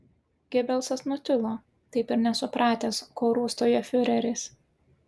gebelsas nutilo taip ir nesupratęs ko rūstauja fiureris